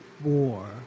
War